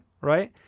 right